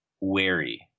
wary